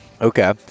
okay